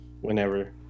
whenever